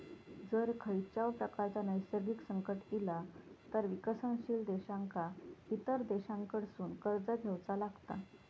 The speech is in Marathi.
जर खंयच्याव प्रकारचा नैसर्गिक संकट इला तर विकसनशील देशांका इतर देशांकडसून कर्ज घेवचा लागता